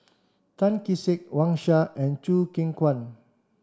Tan Kee Sek Wang Sha and Choo Keng Kwang